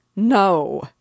No